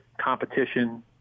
competition